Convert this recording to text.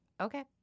okay